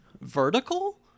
vertical